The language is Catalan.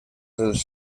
dels